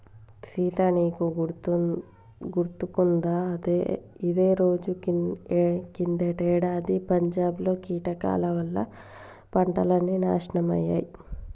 సీత నీకు గుర్తుకుందా ఇదే రోజు కిందటేడాది పంజాబ్ లో కీటకాల వల్ల పంటలన్నీ నాశనమయ్యాయి